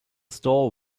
store